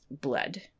blood